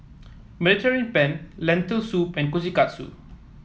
Mediterranean Penne Lentil Soup and Kushikatsu